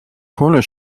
corner